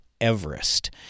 Everest